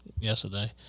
yesterday